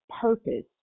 purpose